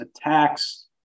attacks